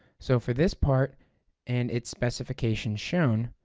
so for this part and its specification shown,